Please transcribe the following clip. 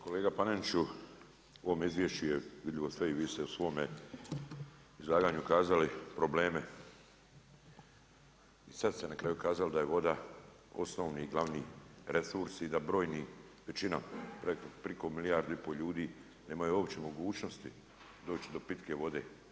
Kolega Paneniću u ovom izvješću je vidljivo sve i vi ste u svome izlaganju ukazali na probleme i sada ste na kraju kazali da je voda osnovni glavni resurs i da brojni većinom preko milijardu i pol ljudi nemaju uopće mogućnosti doći do pitke vode.